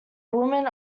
woman